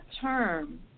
term